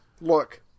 Look